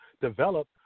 develop